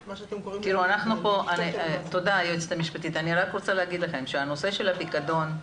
-- אני רק רוצה להגיד לכם שהנושא של הפיקדון,